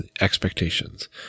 expectations